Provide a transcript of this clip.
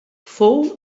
fou